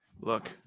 Look